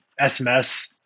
SMS